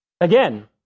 again